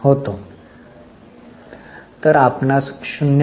तर आपणास 0